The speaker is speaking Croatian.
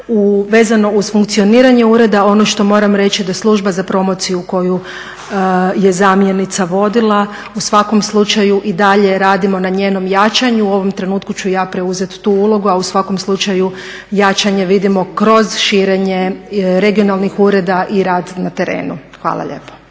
Vezano uz funkcioniranje ureda ono što moram reći je da služba za promociju koju je zamjenica vodila u svakom slučaju i dalje radimo na njenom jačanju. U ovom trenutku ću ja preuzeti tu ulogu, a u svakom slučaju jačanje vidimo kroz širenje regionalnih ureda i rad na terenu. Hvala lijepo.